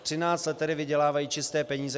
Třináct let tedy vydělávají čisté peníze.